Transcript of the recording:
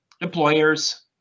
employers